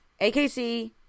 AKC